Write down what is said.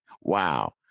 Wow